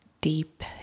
Deep